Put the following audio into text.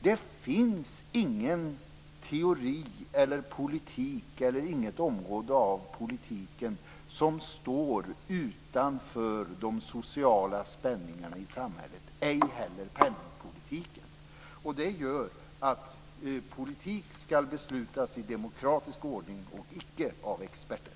Det finns ingen teori och inget område av politiken som står utanför de sociala spänningarna i samhället - ej heller penningpolitiken. Därför skall politik beslutas i demokratisk ordning och icke av experter.